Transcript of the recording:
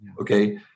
okay